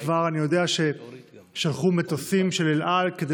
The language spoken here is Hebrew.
אני כבר יודע ששלחו מטוסים של אל על כדי